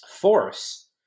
force